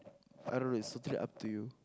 I don't know it's totally up to you